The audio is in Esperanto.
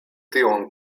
tion